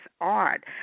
art